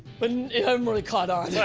but it hadn't really caught on.